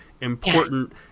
important